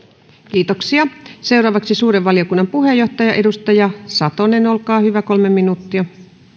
kiitoksia seuraavaksi suuren valiokunnan puheenjohtaja edustaja satonen olkaa hyvä kolme minuuttia